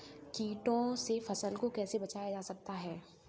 कीटों से फसल को कैसे बचाया जा सकता है?